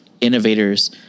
Innovators